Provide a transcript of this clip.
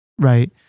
Right